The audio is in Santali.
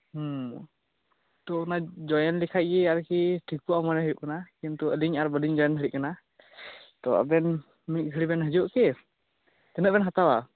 ᱦᱮᱸ ᱛᱚ ᱚᱱᱟ ᱡᱚᱭᱮᱱ ᱞᱮᱠᱷᱟᱱ ᱜᱮ ᱟᱨᱠᱤ ᱴᱷᱤᱠᱚᱜᱼᱟ ᱢᱚᱱᱮ ᱦᱩᱭᱩᱜ ᱠᱟᱱᱟ ᱠᱤᱱᱛᱩ ᱟᱞᱤᱧ ᱟᱨ ᱵᱟᱞᱤᱝ ᱡᱚᱭᱮᱱ ᱫᱟᱲᱮᱭᱟᱜ ᱠᱟᱱᱟ ᱛᱚ ᱟᱵᱮᱱ ᱢᱤᱫ ᱜᱷᱟᱹᱲᱤᱡ ᱵᱮᱱ ᱦᱤᱡᱩᱜᱼᱟ ᱠᱤ ᱛᱤᱱᱟᱹᱜ ᱵᱮᱱ ᱦᱟᱛᱟᱣᱟ